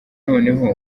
noneho